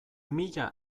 mila